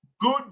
good